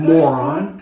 Moron